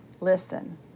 Listen